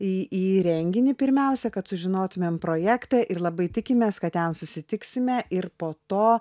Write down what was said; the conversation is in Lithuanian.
į į įrenginį pirmiausia kad sužinotumėm projektą ir labai tikimės kad ten susitiksime ir po to